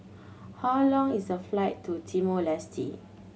how long is the flight to Timor Leste